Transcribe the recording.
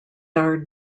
are